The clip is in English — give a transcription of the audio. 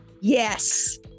Yes